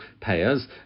payers